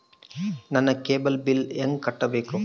ನನ್ನ cable bill ಹೆಂಗ ಕಟ್ಟಬೇಕು?